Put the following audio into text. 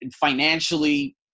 financially